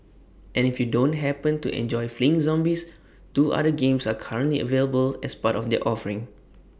and if you don't happen to enjoy fleeing zombies two other games are currently available as part of their offering